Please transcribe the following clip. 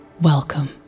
Welcome